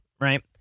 right